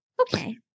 Okay